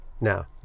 Now